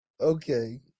Okay